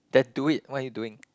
tattoo it what're you doing